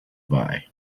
buy